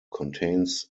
contains